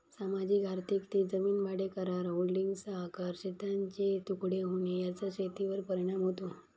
सामाजिक आर्थिक ते जमीन भाडेकरार, होल्डिंग्सचा आकार, शेतांचे तुकडे होणे याचा शेतीवर परिणाम होतो